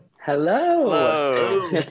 Hello